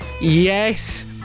Yes